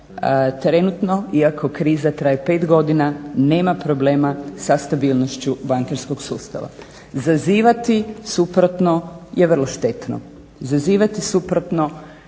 trenutno, iako kriza traje 5 godina, nema problema sa stabilnošću bankarskog sustava. Zazivati suprotno je vrlo štetno,